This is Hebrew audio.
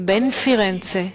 בן פירנצה,